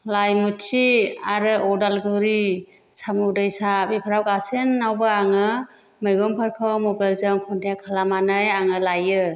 लाइमुथि आरो अदालगुरि साम' दैसा बेफ्राव गासेनावबो आङो मैगंफोरखौ मबाइलजों कन्टेक खालामनानै आङो लाइयो